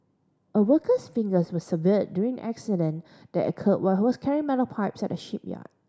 a worker's fingers were severed during an incident that occurred while he was carrying metal pipes at a shipyard